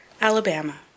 Alabama